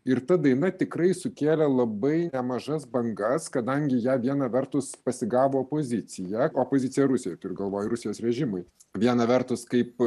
ir ta daina tikrai sukėlė labai nemažas bangas kadangi ją viena vertus pasigavo opozicija opozicija rusijoj turiu galvoj rusijos režimui viena vertus kaip